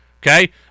Okay